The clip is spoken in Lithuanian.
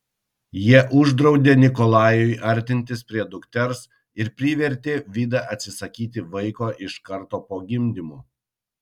jie uždraudė nikolajui artintis prie dukters ir privertė vidą atsisakyti vaiko iš karto po gimdymo